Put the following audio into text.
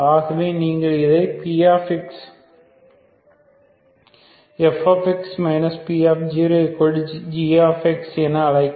ஆகவே நீங்கள் இதை fx p0g என அழைக்கலாம்